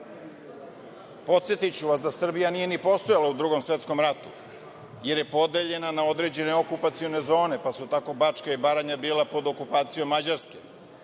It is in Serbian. imao. Podsetiću vas da Srbija ni postojala u Drugom svetskom ratu, jer je podeljena na određene okupacione zone, pa su tako Bačka i Baranja bile pod okupacijom Mađarske.